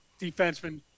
defenseman